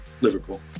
Liverpool